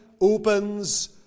opens